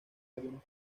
algunos